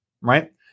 right